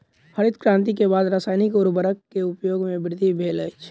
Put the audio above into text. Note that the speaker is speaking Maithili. हरित क्रांति के बाद रासायनिक उर्वरक के उपयोग में वृद्धि भेल अछि